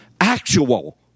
actual